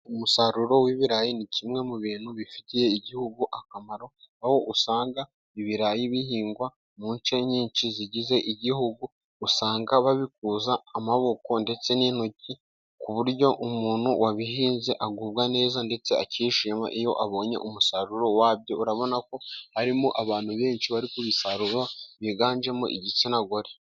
Umusaruro w'ibirayi ni kimwe mu bintu bifitiye igihugu akamaro, aho usanga ibirayi bihingwa mu nce nyinshi z'igize igihugu, usanga babikuza amaboko ndetse n'intoki ku buryo umuntu wabihinze agubwa neza ndetse akishima iyo abonye umusaruro wabyo .Urabona ko harimo abantu benshi bari gusarura biganjemo igitsinagore.